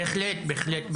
בהחלט.